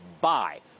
buy